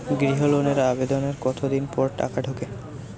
গৃহ লোনের আবেদনের কতদিন পর টাকা ঢোকে?